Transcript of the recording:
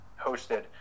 hosted